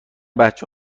بچه